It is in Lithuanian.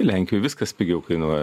lenkijoj viskas pigiau kainuoja